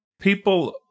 people